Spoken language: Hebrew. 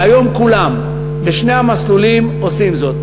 והיום, כולם, בשני המסלולים, עושים זאת.